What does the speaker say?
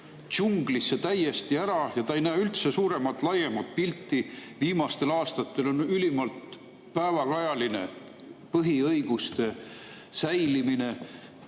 džunglisse täiesti ära ja ta ei näe üldse suuremat, laiemat pilti. Viimastel aastatel on ülimalt päevakajaline põhiõiguste säilimine.